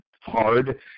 hard